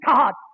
God